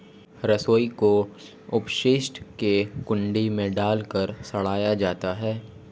रसोई के अपशिष्ट को गड्ढे में डालकर सड़ाया जाता है